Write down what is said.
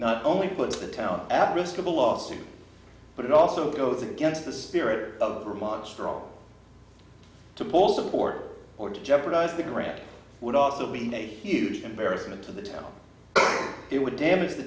not only puts the town at risk of a lawsuit but it also goes against the spirit of remarks for our to pull support or to jeopardize the director would also be a huge embarrassment to the town it would damage the